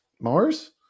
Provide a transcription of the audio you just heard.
Mars